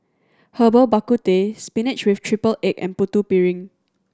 Herbal Bak Ku Teh spinach with triple egg and Putu Piring